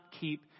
keep